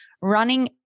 running